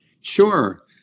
Sure